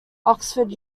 oxford